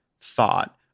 thought